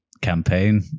campaign